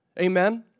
Amen